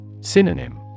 Synonym